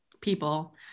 people